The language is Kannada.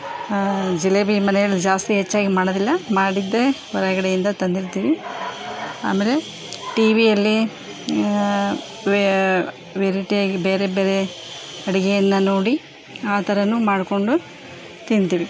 ಜಿಲೇಬಿ ಮನೆಯಲ್ಲಿ ಜಾಸ್ತಿ ಹೆಚ್ಚಾಗಿ ಮಾಡೋದಿಲ್ಲ ಮಾಡಿದರೆ ಹೊರಗಡೆಯಿಂದ ತಂದಿರ್ತೀವಿ ಆಮೇಲೆ ಟಿವಿಯಲ್ಲಿ ವೆರೈಟಿಯಾಗಿ ಬೇರೆ ಬೇರೆ ಅಡುಗೆಯನ್ನ ನೋಡಿ ಆ ಥರವೂ ಮಾಡ್ಕೊಂಡು ತಿಂತೀವಿ